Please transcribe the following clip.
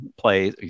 Play